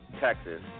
Texas